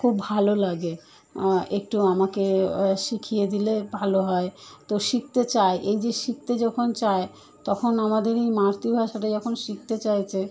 খুব ভালো লাগে একটু আমাকে শিখিয়ে দিলে ভালো হয় তো শিখতে চায় এই যে শিখতে যখন চায় তখন আমাদেরই মাতৃভাষাটা যখন শিখতে চাইছে